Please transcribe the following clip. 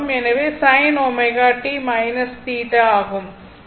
எனவே sin ω t θ ஆகும்